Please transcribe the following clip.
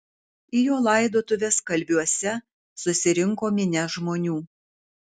į jo laidotuves kalviuose susirinko minia žmonių